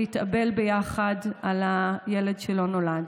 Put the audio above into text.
להתאבל ביחד על הילד שלא נולד.